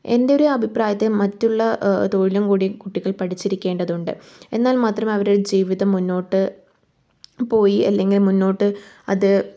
എൻ്റെ ഒരു അഭിപ്രായത്തെ മറ്റുള്ള തൊഴിലും കൂടി കുട്ടികൾ പഠിച്ചിരിക്കേണ്ടതുണ്ട് എന്നാൽ മാത്രമേ അവരു ഒരു ജീവിതം മുന്നോട്ട് പോയി അല്ലെങ്കിൽ മുന്നോട്ട് അത്